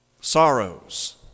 Sorrows